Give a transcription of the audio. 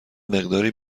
مقداری